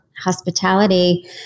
hospitality